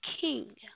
king